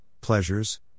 pleasures